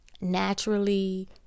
naturally